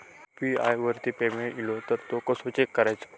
UPI वरती payment इलो तो कसो चेक करुचो?